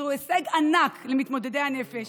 זהו הישג ענק למתמודדי הנפש,